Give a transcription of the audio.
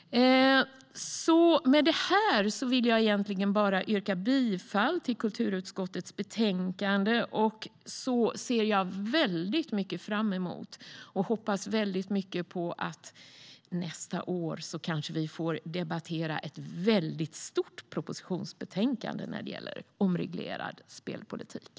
Med detta vill jag yrka bifall till kulturutskottets förslag till beslut. Jag ser väldigt mycket fram emot och hoppas väldigt mycket på att vi nästa år kanske får debattera ett väldigt stort propositionsbetänkande som gäller omreglerad spelpolitik.